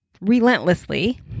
relentlessly